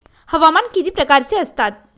हवामान किती प्रकारचे असतात?